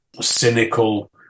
cynical